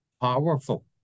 powerful